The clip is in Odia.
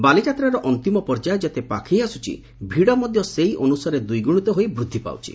ବାଲିଯାତ୍ରାର ଅନ୍ତିମ ପର୍ଯ୍ୟାୟ ଯେତେ ପାଖେଇ ଆସୁଛି ଭିଡ଼ ମଧ୍ଧ ସେହି ଅନୁସାରେ ଦ୍ୱିଗୁଶିତ ହୋଇ ବୃଦ୍ଧି ପାଉଛି